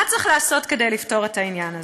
מה צריך לעשות כדי לפתור את העניין הזה?